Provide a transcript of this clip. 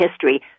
history